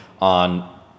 on